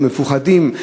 מפוחדים.